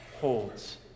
holds